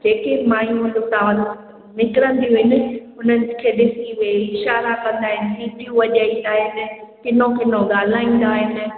जेके माइयूं उतां निकिरंदियूं आहिनि उननि खे ॾिसी उहे इशारा कंदा आहिनि सीटियूं वॼाइंदा आहिनि किनो किनो ॻाल्हाईंदा आहिनि